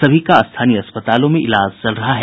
सभी का स्थानीय अस्पतालों में ईलाज चल रहा है